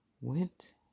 went